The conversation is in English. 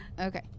Okay